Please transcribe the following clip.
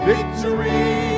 Victory